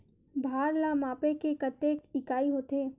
भार ला मापे के कतेक इकाई होथे?